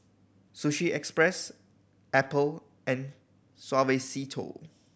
Sushi Express Apple and Suavecito